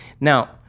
Now